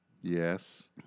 Yes